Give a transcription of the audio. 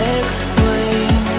explain